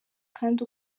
kandi